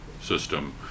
system